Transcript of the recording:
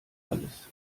alles